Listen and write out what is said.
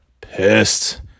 pissed